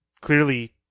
clearly